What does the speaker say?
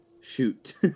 shoot